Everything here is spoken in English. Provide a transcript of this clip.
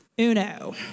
Uno